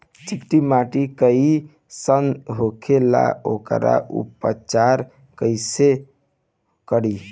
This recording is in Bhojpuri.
चिकटि माटी कई सन होखे ला वोकर उपचार कई से करी?